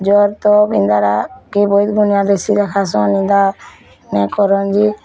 ଜର୍ ତପ ଇଙ୍ଗାରା କି ବୈଦ୍ୟ ଦୁନିଆ ଜେସିର ନିନ୍ଦା ଦୁନିଆ କରନ୍ଜି